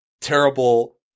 Terrible